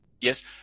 Yes